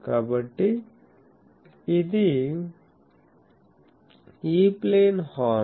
కాబట్టి ఇది E plane horn